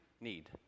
need